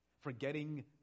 Forgetting